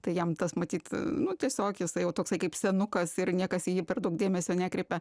tai jam tas matyt nu tiesiog jisai toksai kaip senukas ir niekas į jį per daug dėmesio nekreipė